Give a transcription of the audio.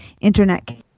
internet